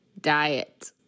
diet